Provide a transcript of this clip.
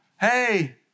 Hey